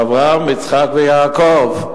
אברהם, יצחק ויעקב.